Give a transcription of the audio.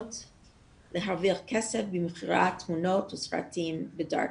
כדי להרוויח כסף ממכירת תמונות או סרטים ב-דארקנס.